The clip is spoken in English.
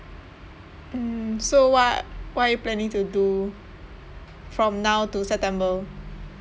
mm so what what are you planning to do from now to september